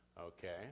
okay